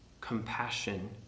compassion